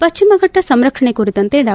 ಪ್ಲಿಮಫಟ್ಟ ಸಂರಕ್ಷಣೆ ಕುರಿತಂತೆ ಡಾ